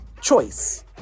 choice